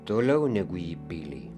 toliau negu į pilį